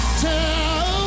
tell